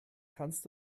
kannst